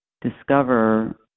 discover